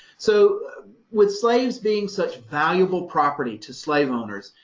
so with slaves being such valuable property to slave owners,